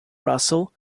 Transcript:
russell